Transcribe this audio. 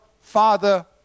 father